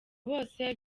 bose